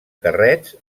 carrets